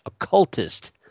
occultist